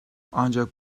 ancak